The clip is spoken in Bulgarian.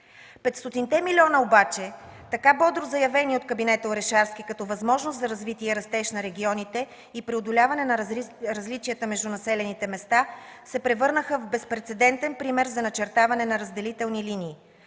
милиона обаче, така бодро заявени от кабинета Орешарски като възможност за развитие и растеж на регионите и преодоляване на различията между населените места, се превърнаха в безпрецедентен пример за начертаване на разделителни линии.